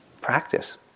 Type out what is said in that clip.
practice